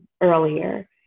earlier